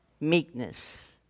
meekness